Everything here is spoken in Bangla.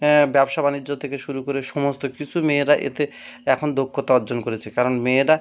হ্যাঁ ব্যবসা বাণিজ্য থেকে শুরু করে সমস্ত কিছু মেয়েরা এতে এখন দক্ষতা অর্জন করেছে কারণ মেয়েরা